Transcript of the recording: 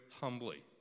humbly